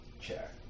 chair